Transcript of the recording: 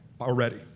already